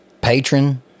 patron